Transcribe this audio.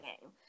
game